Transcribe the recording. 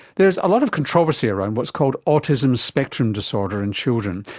there's a lot of controversy around what's called autism spectrum disorder in children.